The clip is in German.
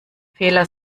fehler